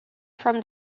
from